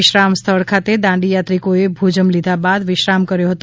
વિશ્રામ સ્થળ ખાતે દાંડી યાત્રિકોએ ભોજન લીધા બાદ વિશ્રામ કર્યો હતો